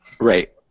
Right